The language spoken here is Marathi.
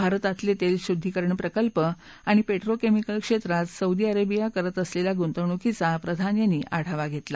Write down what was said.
भारतातले तेल शुद्दीकरण प्रकल्प आणि पेट्रोकेमिकल क्षेत्रात सौदी अरब करत असलेल्या गुंतवणूकीचा प्रधान यांनी आढावा घेतला